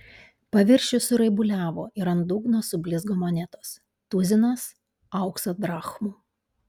paviršius suraibuliavo ir ant dugno sublizgo monetos tuzinas aukso drachmų